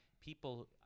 people –